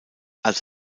als